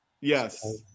Yes